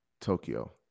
Tokyo